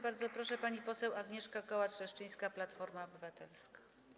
Bardzo proszę, pani poseł Agnieszka Kołacz-Leszczyńska, Platforma Obywatelska.